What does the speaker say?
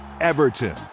Everton